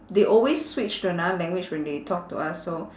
they always switch to another language when they talk to us so